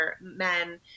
men